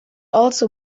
also